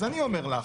אז אני אומר לך